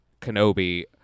Kenobi